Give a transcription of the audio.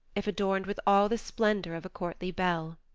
if adorned with all the splendor of a courtly belle.